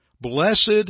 Blessed